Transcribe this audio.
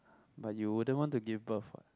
but you wouldn't want to give birth what